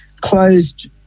closed